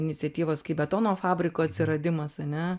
iniciatyvos kaip betono fabriko atsiradimas ane